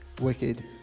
wicked